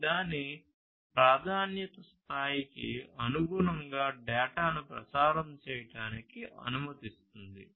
ఇది దాని ప్రాధాన్యత స్థాయికి అనుగుణంగా డేటాను ప్రసారం చేయడానికి అనుమతిస్తుంది